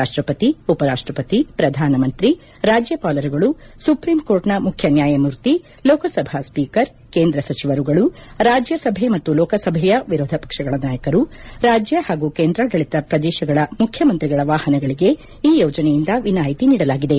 ರಾಷ್ಟಪತಿ ಉಪರಾಷ್ಟಪತಿ ಪ್ರಧಾನಮಂತ್ರಿ ರಾಜ್ಟಪಾಲರುಗಳು ಮುಖ್ಯ ನ್ಗಾಯಮೂರ್ತಿ ಲೋಕಸಭಾ ಸ್ವೀಕರ್ ಕೇಂದ್ರ ಸಚಿವರುಗಳು ರಾಜ್ಗಸಭೆ ಮತ್ತು ಲೋಕಸಭೆಯ ವಿರೋಧ ಪಕ್ಷಗಳ ನಾಯಕರು ರಾಜ್ಯ ಹಾಗೂ ಕೇಂದ್ರಾಡಳಿತ ಪ್ರದೇಶಗಳ ಮುಖ್ಯಮಂತ್ರಿಗಳ ವಾಹನಗಳಿಗೆ ಈ ಯೋಜನೆಯಿಂದ ವಿನಾಯಿತಿ ನೀಡಲಾಗಿದೆ